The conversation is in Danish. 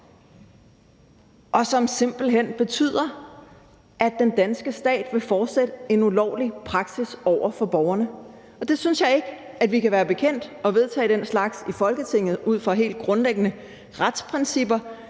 og som simpelt hen betyder, at den danske stat vil fortsætte en ulovlig praksis over for borgerne, og jeg synes ikke, vi kan være bekendt at vedtage den slags i Folketinget ud fra helt grundlæggende retsprincipper.